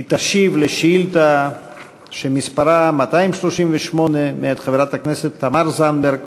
היא תשיב לשאילתה שמספרה 238 מאת חברת הכנסת תמר זנדברג.